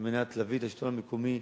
על מנת להביא את השלטון המקומי,